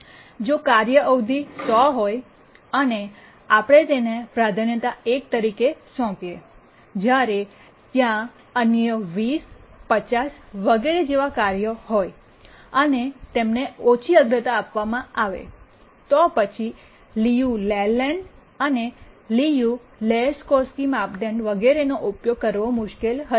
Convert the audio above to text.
જો કાર્ય અવધિ 100 હોય અને અમે તેને પ્રાધાન્યતા 1 તરીકે સોંપીએ જ્યારે ત્યાં અન્ય 20 50 વગેરે જેવા કાર્યો હોય અને તેમને ઓછી અગ્રતા આપવામાં આવે તો પછી લિયુ લેલેન્ડ અને લિયુ લેહોકસ્કી માપદંડ વગેરેનો ઉપયોગ કરવો મુશ્કેલ હશે